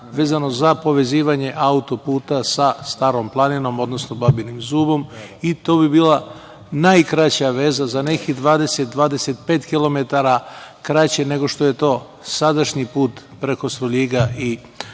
vezano za povezivanje auto-puta sa Starom planinom, odnosno Babinim zubom i to bi bila najkraća veza, za nekih 20-25 km kraće nego što je to sadašnji put preko Svrljiga i svrljiškog